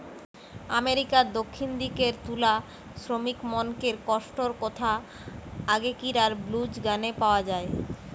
আমেরিকার দক্ষিণ দিকের তুলা শ্রমিকমনকের কষ্টর কথা আগেকিরার ব্লুজ গানে পাওয়া যায়